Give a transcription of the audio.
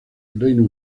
reino